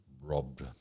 robbed